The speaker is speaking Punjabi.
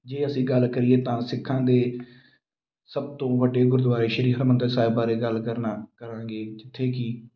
ਜੇ ਅਸੀਂ ਗੱਲ ਕਰੀਏ ਤਾਂ ਸਿੱਖਾਂ ਦੇ ਸਭ ਤੋਂ ਵੱਡੇ ਗੁਰਦੁਆਰੇ ਸ਼੍ਰੀ ਹਰਿਮੰਦਰ ਸਾਹਿਬ ਬਾਰੇ ਗੱਲ ਕਰਨਾ ਕਰਾਂਗੇ ਜਿੱਥੇ ਕਿ